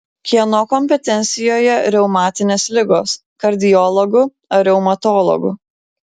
kieno kompetencijoje reumatinės ligos kardiologų ar reumatologų